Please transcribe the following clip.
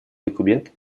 документ